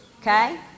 Okay